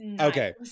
Okay